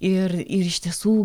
ir ir iš tiesų